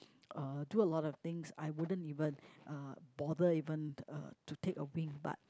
uh do a lot of things I wouldn't even uh bother even uh to take a wink but